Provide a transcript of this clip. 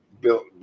built